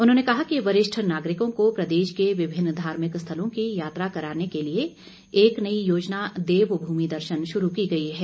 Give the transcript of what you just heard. उन्होंने कहा कि वरिष्ठ नागरिकों को प्रदेश के विभिन्न धार्मिक स्थलों की यात्रा कराने के लिए एक नई योजना देवभूमि दर्शन शुरू की गई है